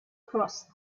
crossed